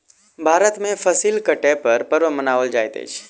भारत में फसिल कटै पर पर्व मनाओल जाइत अछि